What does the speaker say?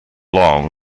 long